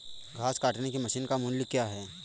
घास काटने की मशीन का मूल्य क्या है?